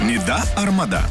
nida ar mada